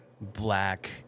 black